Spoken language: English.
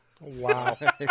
Wow